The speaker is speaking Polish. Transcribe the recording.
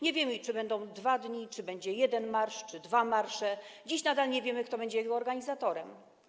Nie wiemy, czy będą 2 dni, czy będzie jeden marsz, czy będą dwa marsze, i dziś nadal nie wiemy, kto będzie organizatorem.